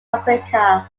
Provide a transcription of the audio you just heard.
africa